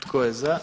Tko je za?